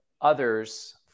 others